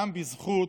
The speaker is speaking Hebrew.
גם בזכות